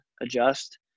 adjust